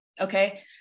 Okay